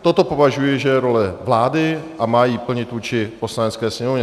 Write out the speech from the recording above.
Toto považuji, že je role vlády, a má ji plnit vůči Poslanecké sněmovně.